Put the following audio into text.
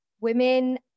women